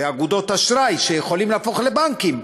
זה אגודות אשראי שיכולות להפוך לבנקים,